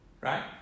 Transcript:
Right